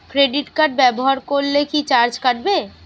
Credit card ব্যাবহার করলে কি চার্জ কাটবে?